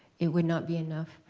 it would not be enough.